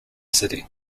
city